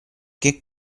che